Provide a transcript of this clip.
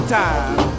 time